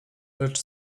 lecz